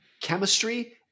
chemistry